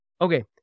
Okay